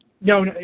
No